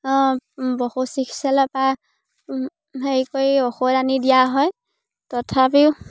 পশু চিকিৎসালয়ৰ পৰা হেৰি কৰি ঔষধ আনি দিয়া হয় তথাপিও